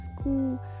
school